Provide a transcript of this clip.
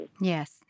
Yes